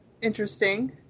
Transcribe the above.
Interesting